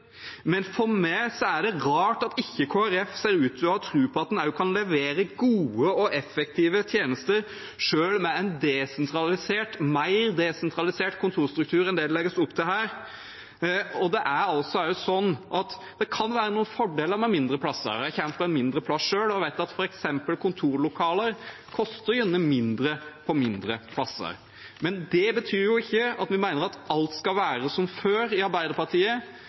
Men for meg er det rart at Kristelig Folkeparti ikke ser ut til å ha tro på at en kan levere gode og effektive tjenester selv med en mer desentralisert kontorstruktur enn det det legges opp til her. Det kan være fordeler med mindre steder. Jeg kommer fra et mindre sted selv og vet f.eks. at kontorlokaler gjerne koster mindre på mindre steder. Det betyr ikke at vi i Arbeiderpartiet mener at alt skal være som før,